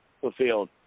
fulfilled